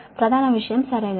ప్రధాన విషయం సరైనది